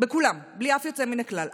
בכולם, בלי אף יוצא מן הכלל.